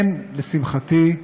אין, לשמחתי,